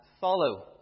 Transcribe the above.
follow